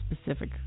specific